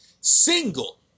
single